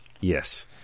Yes